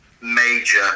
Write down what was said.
major